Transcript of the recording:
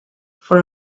for